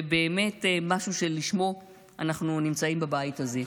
באמת משהו שלשמו אנחנו נמצאים בבית הזה,